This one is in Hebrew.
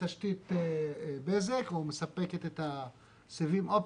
אתה עלול למצוא את עצמך במצב שהיא תתמקד באזורים מסוימים,